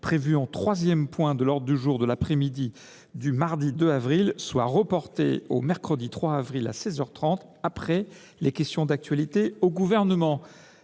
prévue en troisième point de l’ordre du jour de l’après midi du mardi 2 avril prochain, soit reportée au mercredi 3 avril à seize heures trente, après les questions d’actualité au Gouvernement.